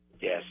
Yes